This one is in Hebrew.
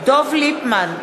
דב ליפמן,